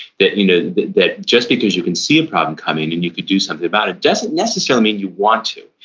that you know that just because you can see a problem coming and you can do something about it, doesn't necessarily mean you want to.